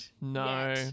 No